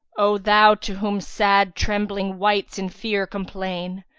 o thou to whom sad trembling wights in fear complain!